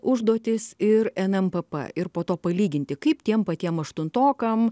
užduotis ir nmpp ir po to palyginti kaip tiem patiem aštuntokam